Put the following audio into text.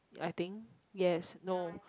I think yes no